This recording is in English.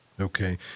Okay